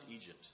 Egypt